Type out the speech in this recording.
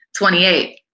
28